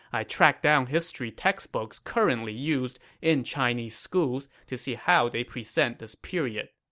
i tracked down history textbooks currently used in chinese schools to see how they present this period.